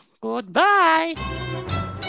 goodbye